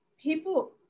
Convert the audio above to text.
People